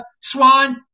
Swan